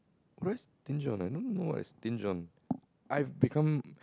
why stinge on I don't know why I stinge on I've become